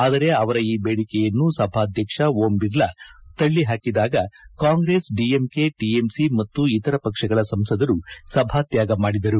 ಆದರೆ ಅವರ ಈ ಬೇಡಿಕೆಯನ್ನು ಸಭಾಧ್ಯಕ್ಷ ಓಂ ಬಿರ್ಲಾ ತಳ್ಳಿಹಾಕಿದಾಗ ಕಾಂಗ್ರೆಸ್ ಡಿಎಂಕೆ ಟಿಎಂಸಿ ಮತ್ತು ಇತರ ಪಕ್ಷಗಳ ಸಂಸದರು ಸಭಾತ್ಯಾಗ ಮಾಡಿದರು